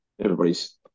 everybody's